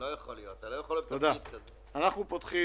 דיברו על 2,200 מעונות יום מוכרים.